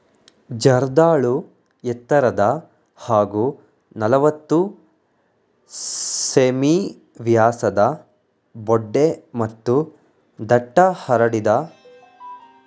ಜರ್ದಾಳು ಎತ್ತರದ ಹಾಗೂ ನಲವತ್ತು ಸೆ.ಮೀ ವ್ಯಾಸದ ಬೊಡ್ಡೆ ಮತ್ತು ದಟ್ಟ ಹರಡಿದ ಮೇಲ್ಕಟ್ಟಿರುವ ಒಂದು ಚಿಕ್ಕ ಮರ